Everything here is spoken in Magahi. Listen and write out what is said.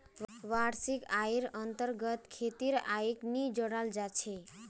वार्षिक आइर अन्तर्गत खेतीर आइक नी जोडाल जा छेक